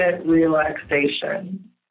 relaxation